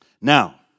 Now